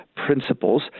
principles